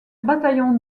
bataillons